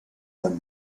and